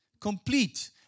complete